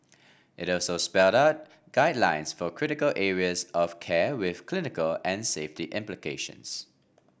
it also spelled out guidelines for critical areas of care with clinical and safety implications